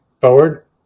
forward